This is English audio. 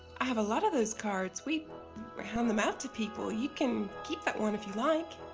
i have a lot of those cards. we hand them out to people. you can keep that one if you like.